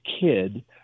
kid